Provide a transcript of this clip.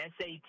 SAT